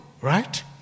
right